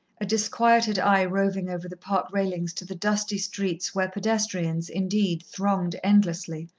a disquieted eye roving over the park railings to the dusty streets where pedestrians, indeed, thronged endlessly,